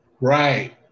right